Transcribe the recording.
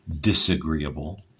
disagreeable